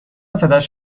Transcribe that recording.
صدایش